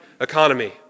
economy